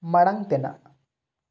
ᱢᱟᱲᱟᱝ ᱛᱮᱱᱟᱜ